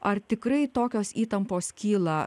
ar tikrai tokios įtampos kyla